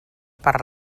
per